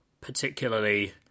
particularly